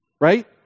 Right